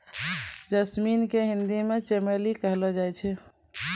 jasmine के हिंदी मे चमेली कहलो जाय छै